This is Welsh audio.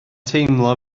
teimlo